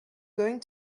going